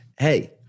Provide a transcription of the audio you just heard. hey